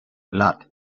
blat